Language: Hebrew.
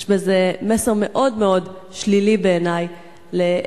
יש בזה מסר מאוד מאוד שלילי בעיני בעניין